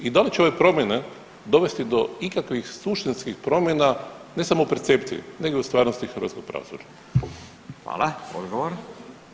I da li će ove promjene dovesti do ikakvih suštinskih promjena, ne samo u percepciji nego i u stvarnosti hrvatskog pravosuđa?